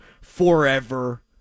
forever